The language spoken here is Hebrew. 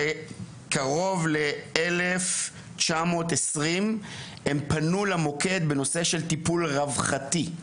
קרוב ל-1,920 פנו למוקד בנושא של טיפול רווחתי.